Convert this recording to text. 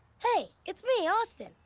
hey! it's me, austin.